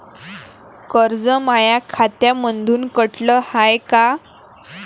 कर्ज माया खात्यामंधून कटलं हाय का?